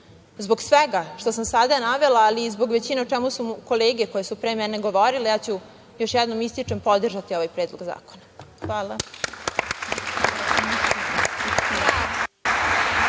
svega što sam sada navela, ali i zbog većine o čemu su kolege koje su pre mene govorile, ja ću još jednom ističem, podržati ovaj predlog zakona. Hvala.